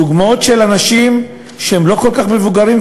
דוגמאות של אנשים שהם לא כל כך מבוגרים,